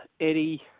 Eddie